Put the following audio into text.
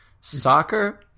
Soccer